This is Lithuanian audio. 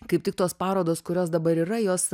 kaip tik tos parodos kurios dabar yra jos